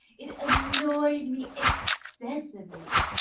it annoyed me excessively.